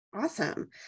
Awesome